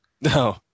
no